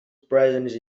presence